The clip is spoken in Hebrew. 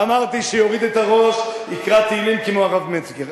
אמרתי, שיוריד את הראש, יקרא תהילים כמו הרב מצגר.